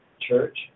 church